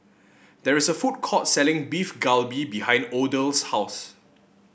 there is a food court selling Beef Galbi behind Odell's house